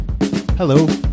Hello